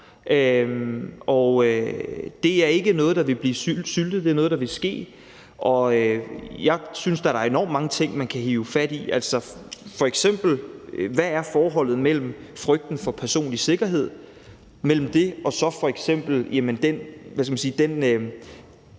Det er ikke noget, der vil blive syltet; det er noget, der vil ske. Jeg synes da, at der er enormt mange ting, man kan tage fat i, f.eks. hvad forholdet er mellem frygten for den personlige sikkerhed og så